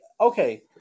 Okay